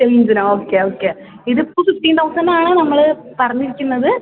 ടെൻത്തിനോ okay okay ഇതിപ്പോൾ ഫിഫ്റ്റീൻ തൗസന്റാണ് നമ്മൾ പറഞ്ഞിരിക്കുന്നത്